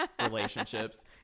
relationships